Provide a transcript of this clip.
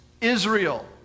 Israel